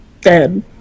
Dead